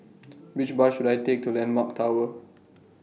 Which Bus should I Take to Landmark Tower